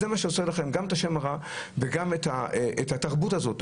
זה מה שעושה לכם גם את השם הרע וגם את התרבות הזאת.